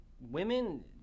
women